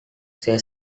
saya